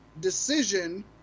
decision